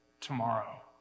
tomorrow